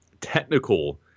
technical